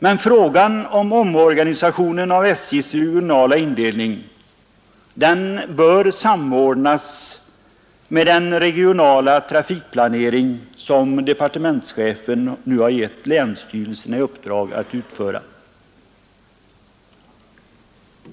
Men frågan om omorganisation av SJ:s regionala indelning bör samordnas med den regionala trafikplanering som departementschefen nu gett länsstyrelserna i uppdrag att utföra.